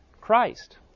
Christ